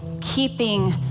keeping